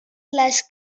les